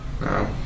No